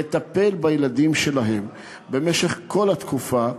לטפל בילדים שלהם במשך כל התקופה,